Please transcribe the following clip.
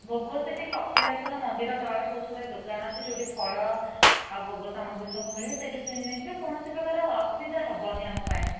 ଭୋଗ ସେଠି କପିଳାସର ମନ୍ଦିର ତଳେ ବହୁତ୍ ଗୁଡ଼ାଏ ଦୋକାନ ଅଛି ଯୋଉଠି ଫଳ ଆଉ ଭୋଗ ସାମଗ୍ରୀ ସବୁ ମିଳେ ସେଇଠୁ କିଣି ନେଇଯିବା କୌଣସି ପ୍ରକାର ଅସୁବିଧା ହେବନି ଆମ ପାଇଁ